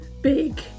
big